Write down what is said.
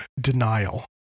denial